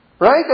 Right